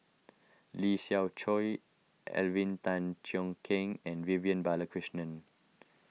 Lee Siew Choh Alvin Tan Cheong Kheng and Vivian Balakrishnan